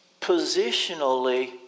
positionally